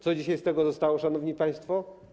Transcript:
Co dzisiaj z tego zostało, szanowni państwo?